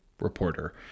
reporter